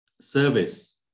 service